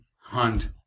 hunt